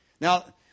Now